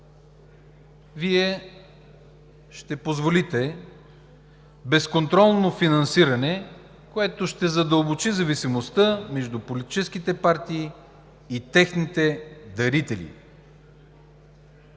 Вие ще позволите безконтролно финансиране, което ще задълбочи зависимостта между политическите партии и техните дарители.